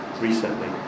recently